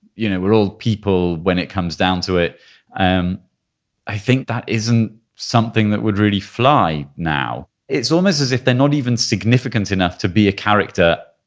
you know, we're all people when it comes down to it i um i think that isn't something that would really fly now. it's almost as if they're not even significant enough to be a character,